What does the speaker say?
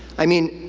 i mean,